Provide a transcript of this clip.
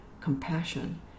compassion